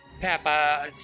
Papa